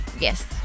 Yes